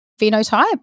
phenotype